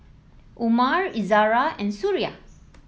Umar Izzara and Suria